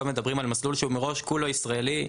פה מדובר על מסלול שמראש כולו ישראלי,